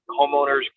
homeowners